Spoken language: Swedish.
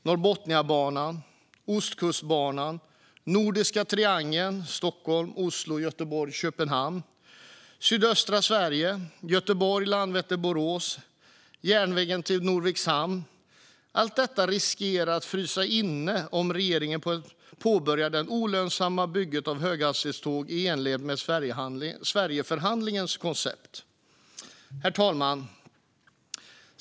Norrbotniabanan, Ostkustbanan, Nordiska triangeln Stockholm-Oslo-Göteborg-Köpenhamn, sydöstra Sverige, Göteborg-Landvetter-Borås och järnväg till Norviks hamn - allt detta riskerar att frysa inne om regeringen påbörjar det olönsamma bygget av höghastighetståg i enlighet med Sverigeförhandlingens koncept. Herr talman!